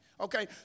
okay